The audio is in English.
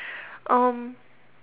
um